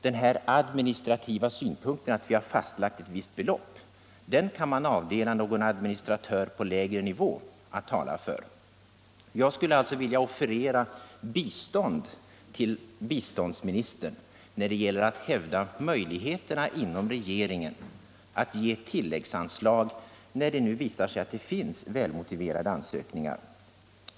Den här administrativa synpunkten att vi fastlagt ett visst belopp kan man avdela någon administratör på lägre nivå att tala för. Jag skulle alltså vilja offerera bistånd till biståndsministern när det gäller att hävda möjligheterna inom regeringen att ge tilläggsanslag när det nu visar sig att det finns välmotiverade ansökningar.